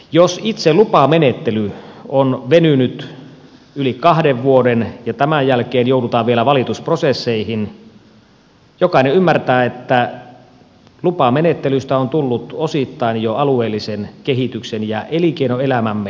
jos itse lupamenettely on venynyt yli kahden vuoden ja tämän jälkeen joudutaan vielä valitusprosesseihin jokainen ymmärtää että lupamenettelystä on tullut osittain jo alueellisen kehityksen ja elinkeinoelämämme investointien jarru